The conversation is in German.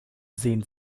sehen